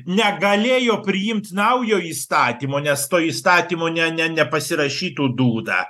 negalėjo priimt naujo įstatymo nes tuo įstatymu ne ne nepasirašytų dūda